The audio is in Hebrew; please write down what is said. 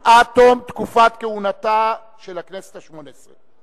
עד תום תקופת כהונתה של הכנסת השמונה-עשרה.